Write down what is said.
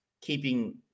keeping